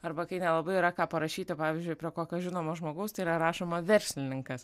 arba kai nelabai yra ką parašyti pavyzdžiui prie kokio žinomo žmogaus tai yra rašoma verslininkas